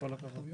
כל הכבוד.